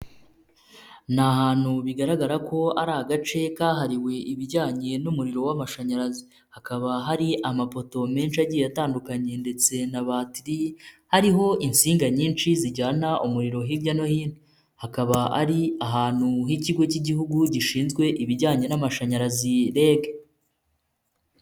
Ni ahantu bigaragara ko ari agace kahariwe ibijyanye n'umuriro w'amashanyarazi hakaba hari amapoto menshi agiye atandukanye ndetse na batiri hariho insinga nyinshi zijyana umuriro hirya no hino, hakaba ari ahantu h'ikigo cy'igihugu gishinzwe ibijyanye n'amashanyarazi REG.